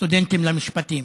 סטודנטים למשפטים.